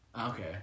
Okay